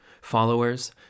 followers